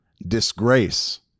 disgrace